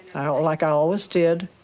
like i always did,